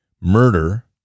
murder